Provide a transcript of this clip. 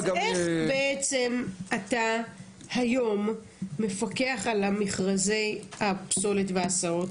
אז איך בעצם אתה היום מפקח על מכרזי הפסולת וההסעות?